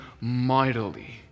mightily